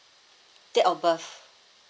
date of birth